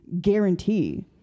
guarantee